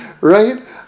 right